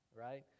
right